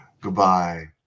Goodbye